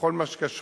בכל מה שקשור